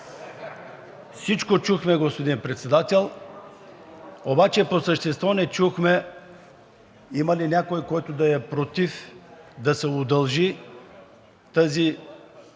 Всичко чухме, господин Председател, обаче по същество не чухме има ли някой, който да е против да се удължи тази